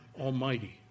Almighty